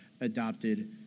adopted